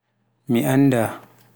mi annda